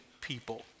people